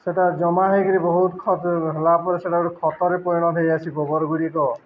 ସେଟା ଜମା ହେଇକିରି ବହୁତ୍ ଖତ୍ ହେଲା ପରେ ସେଟା ଗୁଟେ ଖତରେ ପରିଣତ୍ ହେଇଯାଏସି ଗୋବର୍ଗୁଡ଼ିକ